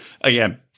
again